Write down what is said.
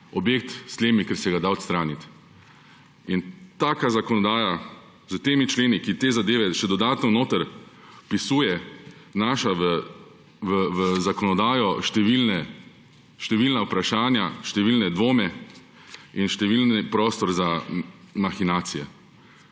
objekt s tlemi, ker se ga da odstraniti. In taka zakonodaja s temi členi, ki te zadeve še dodatno vpisuje, vnaša v zakonodajo številna vprašanja, številne dvome in številen prostor za mahinacije.